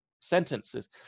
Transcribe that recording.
sentences